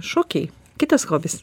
šokiai kitas hobis